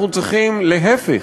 אנחנו צריכים להפך,